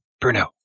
Bruno